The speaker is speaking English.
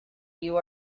you